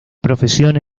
profesión